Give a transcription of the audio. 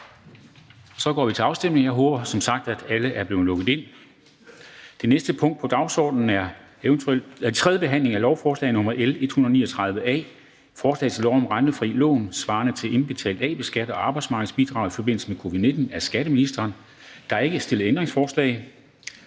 Så går vi over til afstemningerne. Jeg håber som sagt, at alle er blevet logget ind. --- Det næste punkt på dagsordenen er: 4) 3. behandling af lovforslag nr. L 139 A: Forslag til lov om rentefrie lån svarende til indberettet A-skat og arbejdsmarkedsbidrag i forbindelse med covid-19. Af skatteministeren (Morten Bødskov).